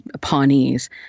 Pawnees